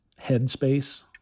headspace